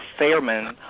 fairman